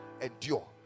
endure